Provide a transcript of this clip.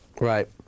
Right